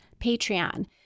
patreon